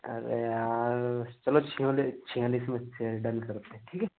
अरे यार चलो छियालीस में छः डन करते हैं ठीक है